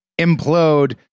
implode